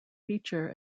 feature